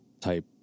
type